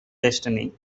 destiny